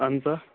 آہن حظ آ